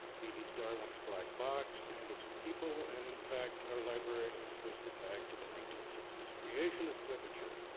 behe's darwin's black box, pandas and people, and in fact, our librarian has traced it back to the nineteen sixty s creationist literature.